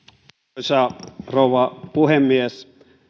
arvoisa rouva puhemies